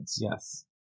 Yes